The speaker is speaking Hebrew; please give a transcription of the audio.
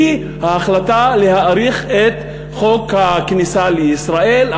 ההחלטה להאריך את חוק הכניסה לישראל,